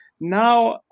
now